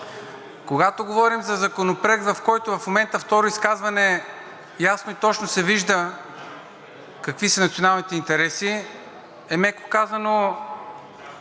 Когато говорим за законопроект, в който, в момента второ изказване, ясно и точно се вижда какви са националните интереси, е, меко казано,